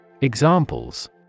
Examples